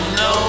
no